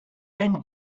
and